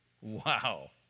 Wow